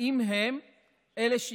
אם הם אלה שיקבעו.